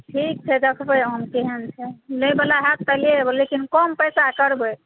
ठीक छै देखबै आम केहन छै लै वाला हैत तऽ लेब लेकिन कम पैसा करबै